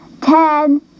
ten